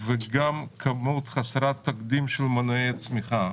וגם כמות חסרת תקדים של מנועי צמיחה.